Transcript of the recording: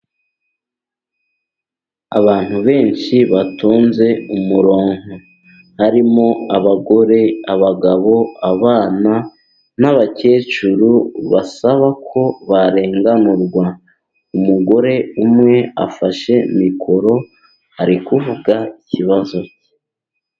Abantu benshi batonze umurongo, harimo abagore, abagabo, abana n’abakecuru, basaba ko barenganurwa. Umugore umwe afashe mikoro, ari kuvuga ikibazo.